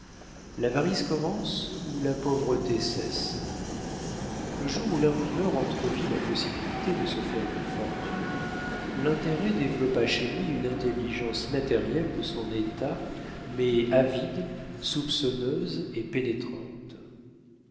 l'avarice commence où la pauvreté cesse le jour où l'imprimeur entrevit la possibilité de se faire une fortune l'intérêt développa chez lui une intelligence matérielle de son état mais avide soupçonneuse et pénétrante